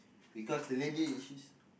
because the lady she's